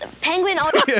Penguin